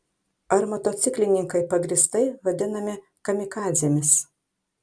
ar motociklininkai pagrįstai vadinami kamikadzėmis